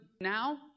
now